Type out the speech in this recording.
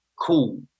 cool